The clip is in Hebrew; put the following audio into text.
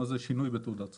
מה זה שינוי בתעודת סוג.